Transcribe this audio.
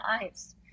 eyes